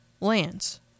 lands